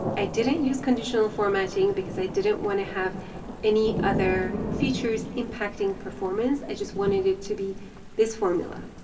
i didn't use conditional formatting because i didn't want to have any other features impacting performance, i just wanted it to be this formula.